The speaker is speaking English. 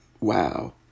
Wow